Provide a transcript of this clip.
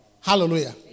Hallelujah